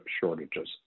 shortages